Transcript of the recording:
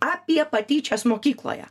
apie patyčias mokykloje